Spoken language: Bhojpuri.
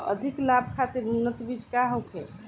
अधिक लाभ खातिर उन्नत बीज का होखे?